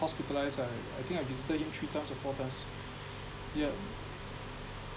hospitalised ah I think I visited him three times or four times yup